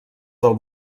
del